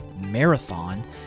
marathon